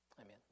Amen